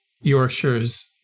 Yorkshire's